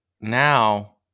now